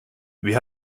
wir